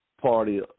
party